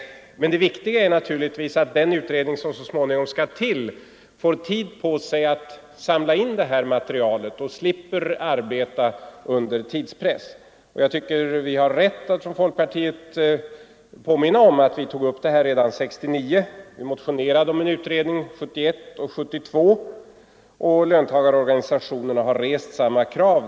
Men det viktiga är naturligtvis att den utredning som så småningom skall tillsättas får tid på sig att samla in material och slipper arbeta under tidspress. Jag tycker att vi har rätt att från folkpartiet påminna om att vi tog upp detta redan 1969. Vi motionerade vid 1971 och 1972 års riksdagar om en utredning, och löntagarorganisationerna har rest samma krav.